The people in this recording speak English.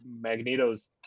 Magneto's